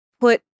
put